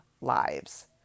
lives